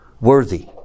worthy